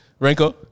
Renko